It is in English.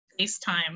FaceTime